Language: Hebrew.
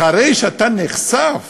אחרי שאתה נחשף